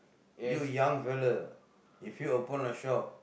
you young fella if you open a shop